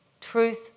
Truth